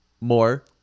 More